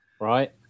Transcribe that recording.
right